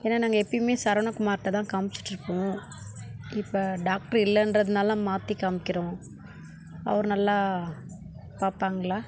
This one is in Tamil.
ஏன்னா நாங்கள் எப்போமே சரவண குமார்கிட்ட தான் காமிச்சிட்டுருப்போம் இப்போ டாக்டர் இல்லைன்றதுனால மாற்றி காமிக்கிறோம் அவர் நல்லா பார்ப்பாங்களா